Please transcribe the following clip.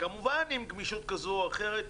כמובן עם גמישות כזו או אחרת.